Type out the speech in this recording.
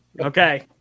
Okay